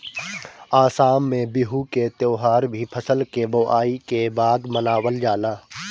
आसाम में बिहू के त्यौहार भी फसल के बोआई के बाद मनावल जाला